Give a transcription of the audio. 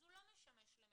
אז הוא לא משמש למגורים.